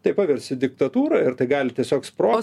tai pavirs į diktatūrą ir tai gali tiesiog spro